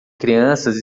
crianças